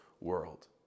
world